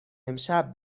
امشب